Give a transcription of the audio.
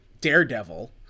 Daredevil